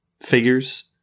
figures